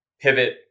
pivot